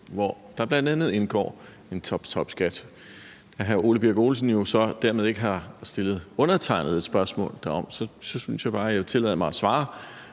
hvor der bl.a. indgår en toptopskat. Da hr. Ole Birk Olesen ikke har stillet undertegnede et spørgsmål derom, synes jeg bare, at jeg vil tillade mig at svare